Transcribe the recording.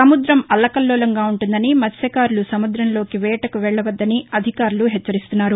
సముద్రం అల్లకల్లోలంగా ఉంటుందని మత్స్యకారులు సముద్రంలోకి వేటకు వెళ్ళవద్దని అధికారులు హెచ్చరిస్తున్నారు